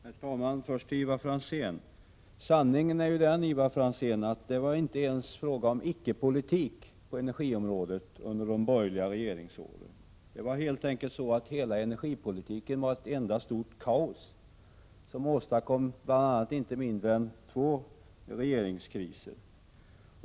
Herr talman! Först till Ivar Franzén. Sanningen är den, Ivar Franzén, att det inte ens var fråga om ”icke-politik” på energiområdet under de borgerliga regeringsåren. Det var helt enkelt så att energipolitiken var ett enda stort kaos, som bl.a. åstadkom inte mindre än två regeringskriser.